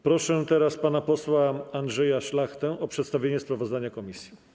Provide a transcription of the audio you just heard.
Proszę teraz pana posła Andrzeja Szlachtę o przedstawienie sprawozdania komisji.